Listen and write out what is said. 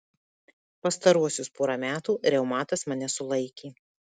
pastaruosius porą metų reumatas mane sulaikė